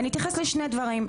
ואני אתייחס לשני דברים,